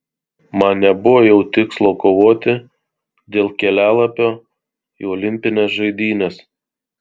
man nebuvo jau tikslo kovoti dėl kelialapio į olimpines žaidynes